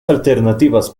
alternativas